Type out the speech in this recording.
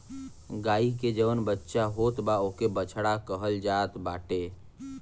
गाई के जवन बच्चा होत बा ओके बछड़ा कहल जात बाटे